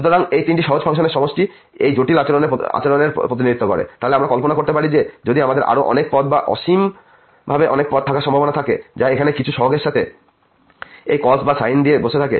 সুতরাং এই তিনটি সহজ ফাংশনের সমষ্টি এই জটিল আচরণের প্রতিনিধিত্ব করে তাহলে আমরা কল্পনা করতে পারি যে যদি আমাদের আরও অনেক পদ বা অসীমভাবে অনেক পদ থাকার সম্ভাবনা থাকে যা এখানে কিছু সহগের সাথে এই কস এবং সাইন নিয়ে বসে থাকে